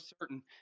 certain